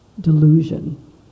Delusion